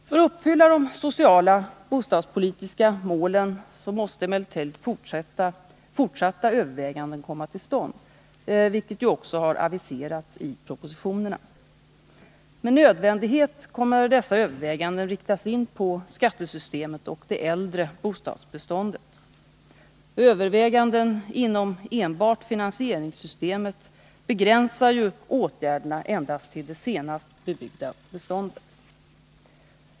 För att uppfylla de sociala bostadspolitiska målen måste emellertid fortsatta överväganden komma till stånd, vilket också aviserats i propositionerna. Med nödvändighet kommer dessa överväganden att inriktas på skattesystemet och det äldre bostadsbeståndet. Överväganden inom enbart finansieringssystemet begränsar ju åtgärderna till endast det senast byggda beståndet.